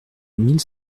mille